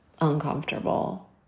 uncomfortable